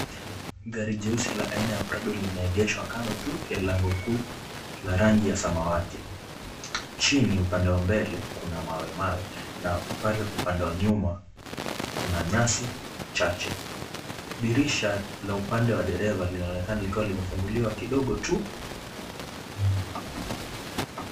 Gari jeusi la aina ya Prado limeegeshwa kando tu ya lango kuu la rangi ya samawati. Chini upande wa mbele, kuna mawe mawe na pale upande wa nyuma kuna nyasi chache. Dirisha la upande wa dereva linaonekana likiwa limefunguliwa kidogo tu.